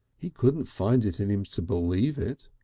he couldn't find it in him to believe it.